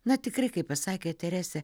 na tikrai kaip pasakė teresė